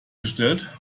gestellt